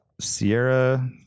Sierra